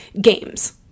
games